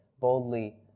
boldly